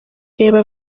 reba